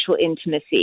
intimacy